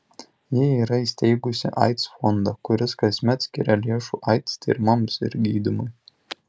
ji yra įsteigusi aids fondą kuris kasmet skiria lėšų aids tyrimams ir gydymui